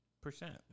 percent